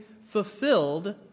fulfilled